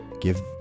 give